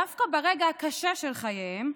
דווקא ברגע הקשה של חייהם,